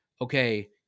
okay